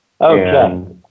Okay